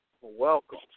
welcome